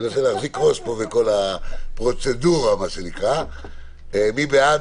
מי בעד?